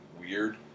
weird